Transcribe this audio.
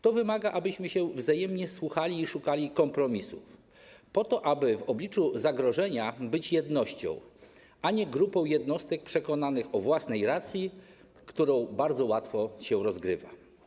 To wymaga, abyśmy się wzajemnie słuchali i szukali kompromisu, aby w obliczu zagrożenia być jednością, a nie grupą jednostek przekonanych o własnej racji, którą bardzo łatwo się rozgrywa.